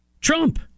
Trump